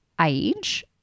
age